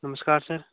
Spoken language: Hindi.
नमस्कार सर